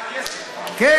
נו קיירו פפלינוס, רוצה הכסף.